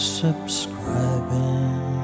subscribing